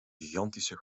gigantische